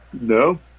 No